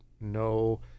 no